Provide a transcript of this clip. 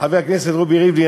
חבר הכנסת רובי ריבלין,